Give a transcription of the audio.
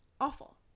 awful